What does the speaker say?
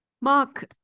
Mark